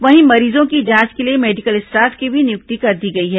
वहीं मरीजों की जांच के लिए मेडिकल स्टाफ की भी नियुक्ति कर दी गई है